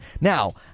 Now